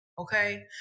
Okay